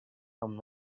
from